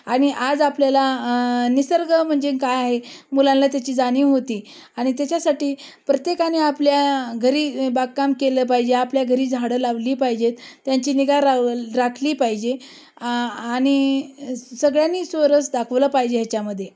आणि आज आपल्याला निसर्ग म्हणजे काय आहे मुलांला त्याची जाणीव होते आणि त्याच्यासाठी प्रत्येकाने आपल्या घरी बागकाम केलं पाहिजे आपल्या घरी झाडं लावली पाहिजेत त्यांची निगा राव राखली पाहिजे आणि सगळ्यांनी स्वारस्य दाखवलं पाहिजे ह्याच्यामध्ये